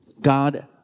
God